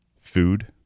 food